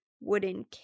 wooden